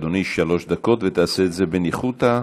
בבקשה אדוני, שלוש דקות, ותעשה את זה בניחותא,